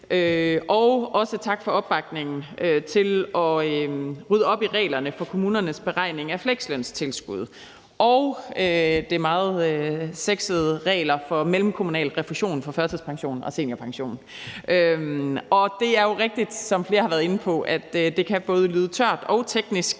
Også tak for opbakningen til at rydde op i reglerne for kommunernes beregning af fleksløntilskud og de meget sexede regler for mellemkommunal refusion for førtidspension og seniorpension. Det er rigtigt, som flere har været inde på, at det kan lyde både tørt og teknisk,